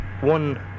one